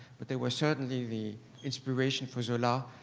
but they were certainly the inspiration for zola,